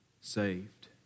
saved